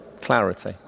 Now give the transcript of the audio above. clarity